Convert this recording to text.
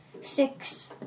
Six